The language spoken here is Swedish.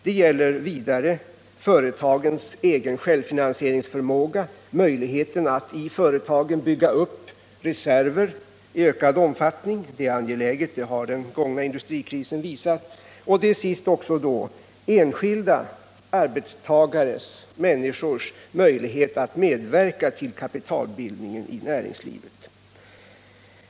För det andra: företagens egen självfinansieringsförmåga, möjligheten att i ökad omfattning bygga upp reserver i företagen. Det är angeläget — det har den gångna industrikrisen visat. För det tredje: enskilda arbetstagares, människors, möjlighet att medverka till kapitalbildningen i näringslivet.